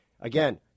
again